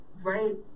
right